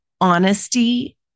honesty